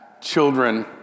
children